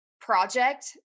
project